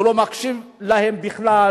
הוא לא מקשיב להם בכלל,